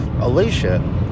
Alicia